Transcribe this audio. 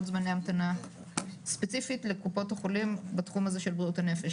זמני המתנה ספציפית לקופות החולים בתחום הזה של בריאות הנפש.